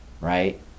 right